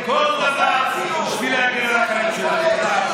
ונעשה כל דבר בשביל להגן על החיים שלנו.